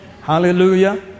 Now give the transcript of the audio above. Hallelujah